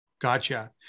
Gotcha